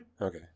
Okay